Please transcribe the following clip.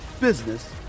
business